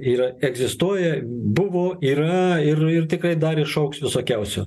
yra egzistuoja buvo yra ir ir tikrai dar išaugs visokiausių